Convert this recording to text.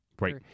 Right